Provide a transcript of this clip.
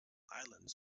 islands